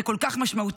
זה כל כך משמעותי.